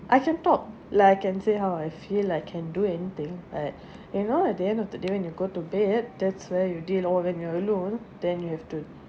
I can talk like I can say how I feel I can do anything but you know at the end of the day when you go to bed that's where you deal or when you're alone then you have to